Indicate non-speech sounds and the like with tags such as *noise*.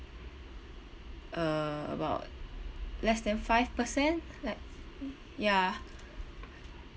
uh about less than five percent like *noise* ya